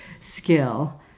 skill